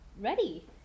ready